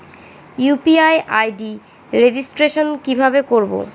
UPI ID registration কিভাবে করব?